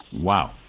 Wow